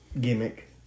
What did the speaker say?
gimmick